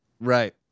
Right